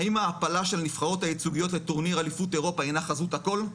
האם ההעפלה של הנבחרות הייצוגיות לטורניר אליפות אירופה הינה חזות הכול?